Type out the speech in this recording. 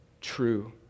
true